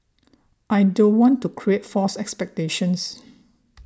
I don't want to create false expectations